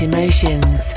Emotions